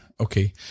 Okay